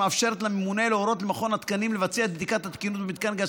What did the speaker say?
שמאפשרת לממונה להורות למכון התקנים לבצע את בדיקת התקינות במתקן גז